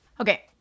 Okay